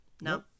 No